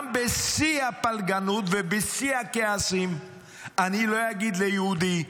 גם בשיא הפלגנות ובשיא הכעסים אני לא אגיד ליהודי,